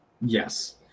Yes